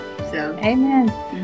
Amen